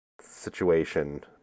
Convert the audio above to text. situation